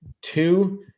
two